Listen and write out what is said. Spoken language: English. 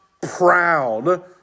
proud